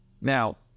Now